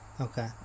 Okay